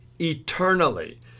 eternally